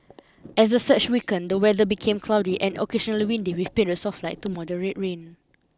as the surge weakened the weather became cloudy and occasionally windy with periods of light to moderate rain